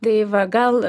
tai va gal